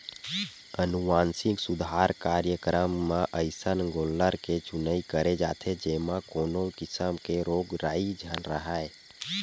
अनुवांसिक सुधार कार्यकरम म अइसन गोल्लर के चुनई करे जाथे जेमा कोनो किसम के रोग राई झन राहय